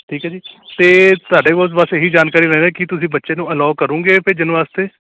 ਠੀਕ ਆ ਜੀ ਅਤੇ ਤੁਹਾਡੇ ਕੋਲੋਂ ਬਸ ਇਹੀ ਜਾਣਕਾਰੀ ਲੈਣੀ ਕਿ ਤੁਸੀਂ ਬੱਚੇ ਨੂੰ ਅਲਾਓ ਕਰੋਗੇ ਭੇਜਣ ਵਾਸਤੇ